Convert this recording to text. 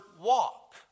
walk